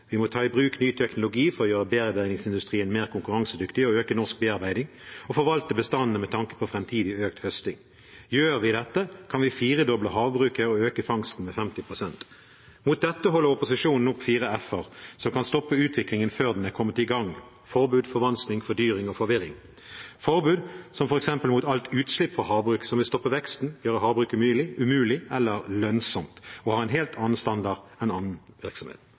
Vi må ta i bruk ny teknologi for å gjøre bearbeidingsindustrien mer konkurransedyktig og øke norsk bearbeiding og forvalte bestandene med tanke på framtidig økt høsting. Gjør vi dette, kan vi firedoble havbruket og øke fangsten med 50 pst. Mot dette holder opposisjonen opp fire f-er som kan stoppe utviklingen før den er kommet i gang: forbud, forvanskning, fordyring og forvirring. Forbud, som f.eks. mot alt utslipp fra havbruk, vil stoppe veksten, gjøre havbruk umulig eller ulønnsomt, og det vil ha en helt annen standard enn annen virksomhet.